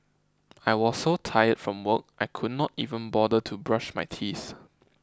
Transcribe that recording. I was so tired from work I could not even bother to brush my teeth